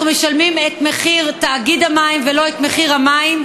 אנחנו משלמים את מחיר תאגיד המים ולא את מחיר המים,